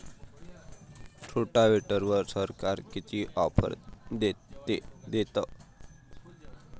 रोटावेटरवर सरकार किती ऑफर देतं?